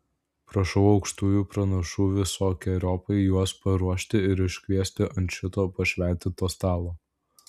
prašau aukštųjų pranašų visokeriopai juos paruošti ir iškviesti ant šito pašventinto stalo